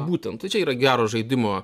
būtent tai čia yra gero žaidimo